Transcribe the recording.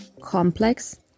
complex